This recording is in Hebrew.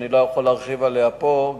שאינני יכול להרחיב עליה פה,